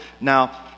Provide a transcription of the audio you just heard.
Now